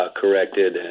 corrected